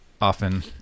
often